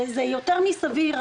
זה יותר מסביר.